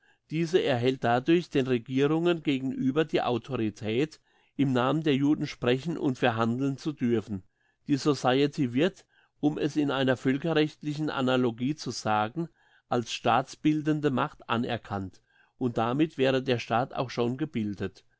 diese erhält dadurch den regierungen gegenüber die autorität im namen der juden sprechen und verhandeln zu dürfen die society wird um es in einer völkerrechtlichen analogie zu sagen als staatbildende macht anerkannt und damit wäre der staat auch schon gebildet